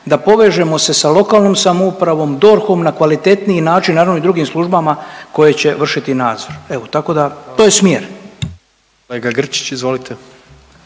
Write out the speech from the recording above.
da povežemo se sa lokalnom samoupravom na kvalitetniji način naravno i drugim službama koje će vršiti nadzor, evo tako da to je smjer.